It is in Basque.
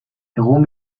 egun